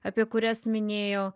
apie kurias minėjau